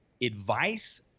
Advice